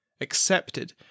accepted